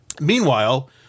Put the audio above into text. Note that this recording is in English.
Meanwhile